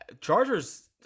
chargers